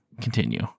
continue